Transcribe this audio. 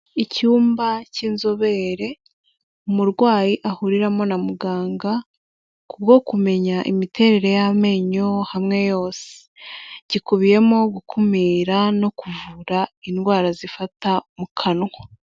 Icyumba cy'inzobere, umurwayi ahuriramo na muganga, kubwo kumenya imiterere y'amenyo hamwe yose. Gikubiyemo gukumira no kuvura indwara zifata mu kanwa.